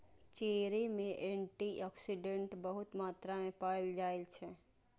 cherry मे antioxidant बहुत मात्रा मे पाएल जाइ छै